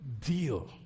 deal